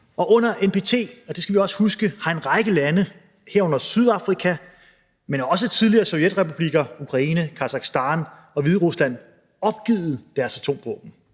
huske – har en række lande, herunder Sydafrika, men også tidligere Sovjetrepublikker som Ukraine og Kasakhstan og Hviderusland opgivet deres atomvåben.